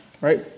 Right